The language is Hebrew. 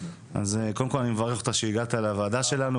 אני מברך אותך שהגעת לוועדה שלנו,